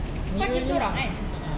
(uh huh)